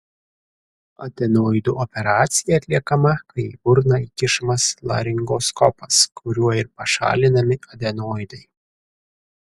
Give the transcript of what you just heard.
adenoidų operacija atliekama kai į burną įkišamas laringoskopas kuriuo ir pašalinami adenoidai